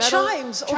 Chimes